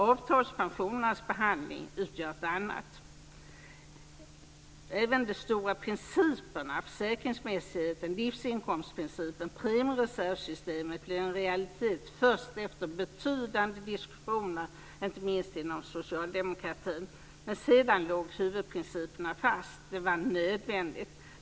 Avtalspensionernas behandling utgör ett annat. Även de stora principerna; försäkringsmässigheten, livsinkomstprincipen och premiereservssystemet blev en realitet först efter betydande diskussioner, inte minst inom socialdemokratin. Men sedan låg huvudprinciperna fast. Det var nödvändigt.